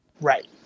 Right